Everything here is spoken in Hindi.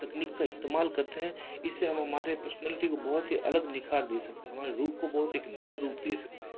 तकनीक का इस्तेमाल करते हैं इससे हम हमारे पर्सनालिटी को बहुत ही अलग निखार दे सकते हैं हमारे रूप को बहुत एक नया रूप दे सकते हैं